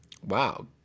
Wow